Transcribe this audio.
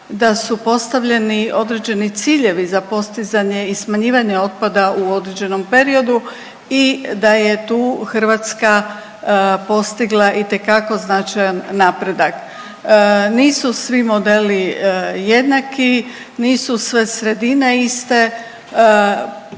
da su postavljeni određeni ciljevi za postizanje i smanjivanje otpada u određenom periodu i da je tu Hrvatska postigla itekako značajan napredak. Nisu svi modeli jednaki, nisu sve sredine iste,